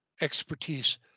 expertise